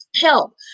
Help